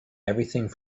everything